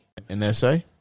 NSA